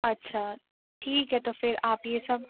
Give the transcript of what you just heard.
अच्छा ठीक है तो फिर आप यह सब